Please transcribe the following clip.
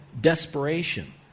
desperation